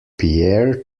pierre